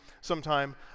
sometime